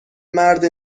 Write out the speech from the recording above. مرد